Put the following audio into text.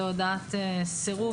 בהודעת סירוב.